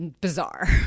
bizarre